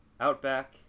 Outback